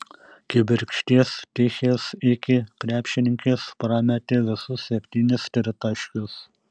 kibirkšties tichės iki krepšininkės prametė visus septynis tritaškius